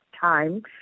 time